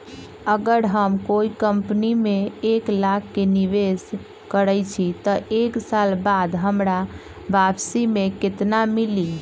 अगर हम कोई कंपनी में एक लाख के निवेस करईछी त एक साल बाद हमरा वापसी में केतना मिली?